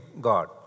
God